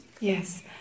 Yes